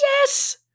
Yes